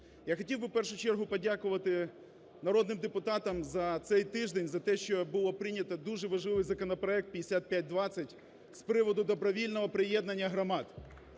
Я хотів би, в першу чергу, подякувати народним депутатам за цей тиждень, за те, що був прийнятий дуже важливий законопроект 5520 з приводу добровільного приєднання громад.